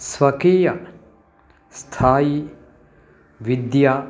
स्वकीयस्थायिविद्या